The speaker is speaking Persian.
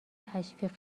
تشویق